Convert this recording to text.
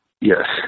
Yes